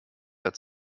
hat